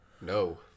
No